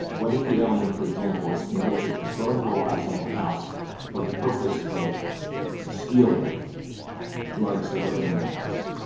what if the alien, for example, is convicted of burglarizing a house for the purpose of stealing drugs that are in the house?